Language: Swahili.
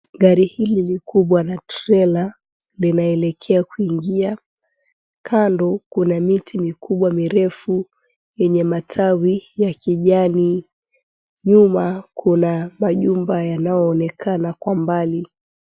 Gari hili likubwa la trela nilaelekea kuingia, kando kuna miti mikubwa mirefu yenye matawi ya kijani, nyuma kuna majumba yanayoonekana kwa mbali.